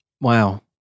Wow